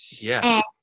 Yes